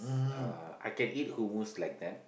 uh I can eat hummus like that